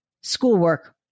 schoolwork